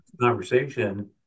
conversation